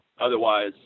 otherwise